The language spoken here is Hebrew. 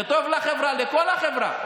זה טוב לכל החברה.